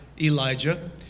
Elijah